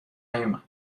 نیومد